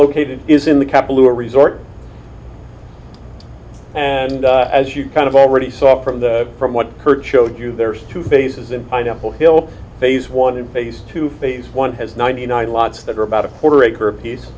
located is in the kapalua resort and as you kind of already saw from the from what her chose you there's two phases in pineapple hill phase one and face to face one has ninety nine lots that are about a quarter acre apiece